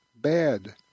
bad